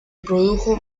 produjo